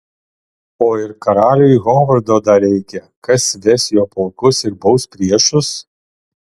o ir karaliui hovardo dar reikia kas ves jo pulkus ir baus priešus